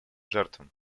жертвам